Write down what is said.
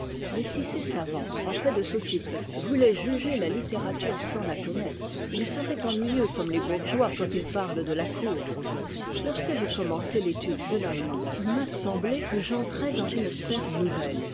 mais si ces savants en fait de société voulaient juger la littérature sans la connaître ils seraient ennuyeux comme les bourgeois quand ils parlent de la cour lorsque j'ai commencé l'étude de l'allemand il m'a serumé que j'entrais dans une sphère nouvelle